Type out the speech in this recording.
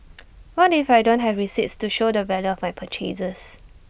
what if I don't have receipts to show the value of my purchases